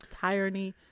tyranny